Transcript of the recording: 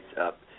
up